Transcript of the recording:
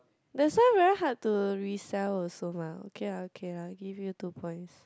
that's why very hard to resell also mah okay lah okay lah I give you two points